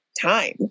time